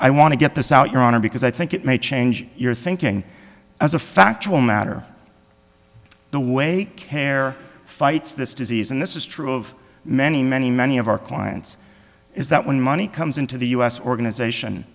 i want to get this out your honor because i think it may change your thinking as a factual matter the way care fights this disease and this is true of many many many of our clients is that when money comes into the us organization